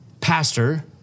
pastor